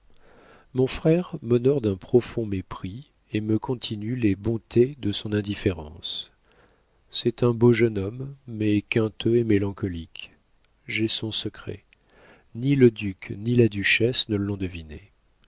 mon frère m'honore d'un profond mépris et me continue les bontés de son indifférence c'est un beau jeune homme mais quinteux et mélancolique j'ai son secret ni le duc ni la duchesse ne l'ont deviné